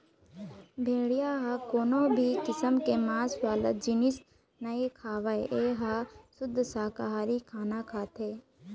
भेड़िया ह कोनो भी किसम के मांस वाला जिनिस नइ खावय ए ह सुद्ध साकाहारी खाना खाथे